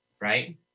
right